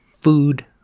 Food